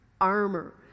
armor